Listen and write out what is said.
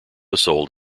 sold